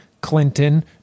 clinton